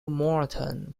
morton